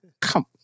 come